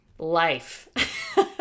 Life